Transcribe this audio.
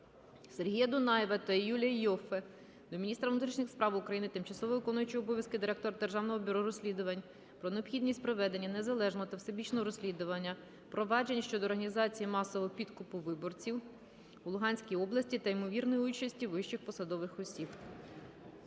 Сергія Дунаєва та Юлія Іоффе до міністра внутрішніх справ України, тимчасово виконуючої обов'язки директора Державного бюро розслідувань про необхідність проведення незалежного та всебічного розслідування проваджень щодо організації масового підкупу виборців в Луганській області за ймовірної участі вищих посадових осіб.